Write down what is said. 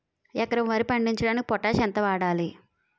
ఎకరం వరి పండించటానికి పొటాష్ ఎంత వాడాలి?